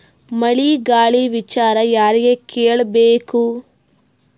ಮಳೆ ಗಾಳಿ ವಿಚಾರ ಯಾರಿಗೆ ಕೇಳ್ ಬೇಕು?